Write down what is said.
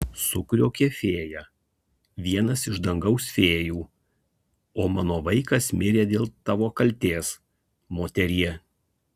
sukriokė fėja vienas iš dangaus fėjų o mano vaikas mirė dėl tavo kaltės moterie